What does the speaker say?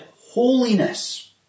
holiness